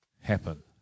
happen